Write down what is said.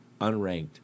unranked